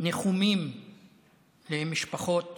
ניחומים למשפחות